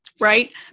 Right